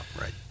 right